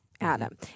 Adam